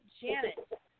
Janet